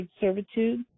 servitude